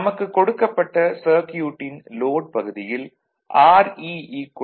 நமக்குக் கொடுக்கப்பட்ட சர்க்யூட்டின் லோட் பகுதியில் Re 0